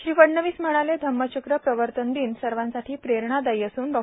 श्री फडणवीस म्हणाले धम्मचक्र प्रवतन दिन सवासाठां प्रेरणादायी असून डॉ